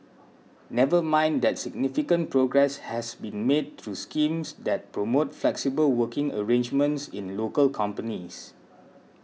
never mind that significant progress has been made through schemes that promote flexible working arrangements in local companies